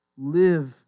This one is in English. Live